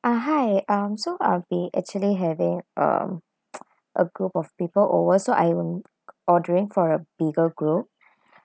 uh hi um so I'll be actually having a a group of people over so I um ordering for a bigger group